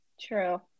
true